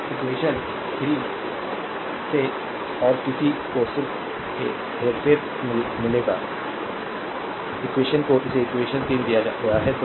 अब इक्वेशन 3 से और किसी को सिर्फ हेरफेर मिलेगा इक्वेशन को इसे इक्वेशन 3 दिया गया है